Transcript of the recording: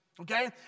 okay